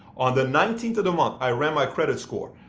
on the nineteenth of the month, i ran my credit score.